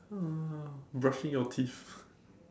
uh brushing your teeth